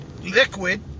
liquid